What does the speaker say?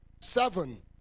Seven